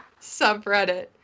subreddit